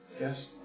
Yes